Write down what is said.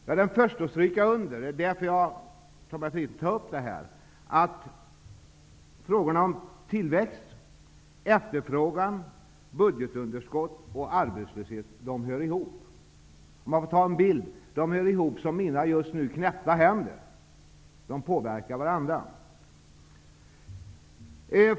Jag är den förste att stryka under -- det är därför jag tog upp det -- att frågorna om tillväxt, efterfrågan, budgetunderskott och arbetslöshet hör ihop som, för att ta en bild, mina just nu knäppta händer. De påverkar varandra.